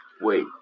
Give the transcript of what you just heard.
Wait